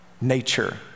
nature